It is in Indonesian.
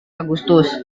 agustus